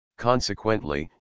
Consequently